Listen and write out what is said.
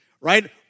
right